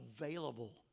available